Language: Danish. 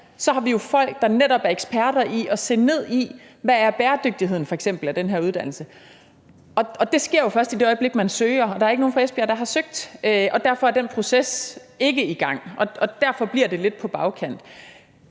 så har vi jo netop folk, der er eksperter i at se ned i, hvad f.eks. bæredygtigheden er af den her uddannelse, og det sker jo først i det øjeblik, man søger. Der er ikke nogen fra Esbjerg, der har søgt og derfor er den proces ikke i gang, og derfor bliver det lidt på bagkant.